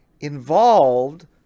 Involved